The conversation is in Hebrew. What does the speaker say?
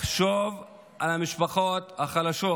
לחשוב על המשפחות החלשות.